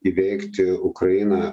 įveikti ukrainą